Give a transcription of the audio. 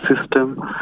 system